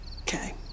Okay